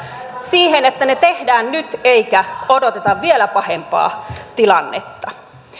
siihen että ne tehdään nyt eikä odoteta vielä pahempaa tilannetta